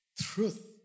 Truth